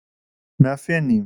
מאפיינים